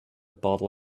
bottle